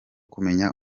kumenya